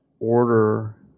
order